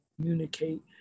communicate